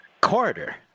corridor